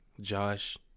Josh